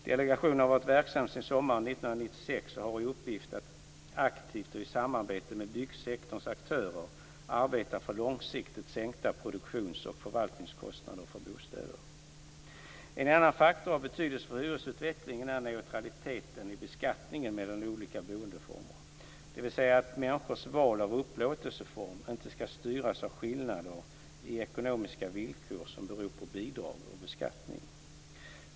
Delegationen har varit verksam sedan sommaren 1996 och har i uppgift att aktivt och i samarbete med byggsektorns aktörer arbeta för långsiktigt sänkta produktions och förvaltningskostnader för bostäder. En annan faktor av betydelse för hyresutvecklingen är neutralitet i beskattningen mellan olika boendeformer, dvs. att människors val av upplåtelseform inte skall styras av skillnader i ekonomiska villkor som beror av bidrag och beskattning.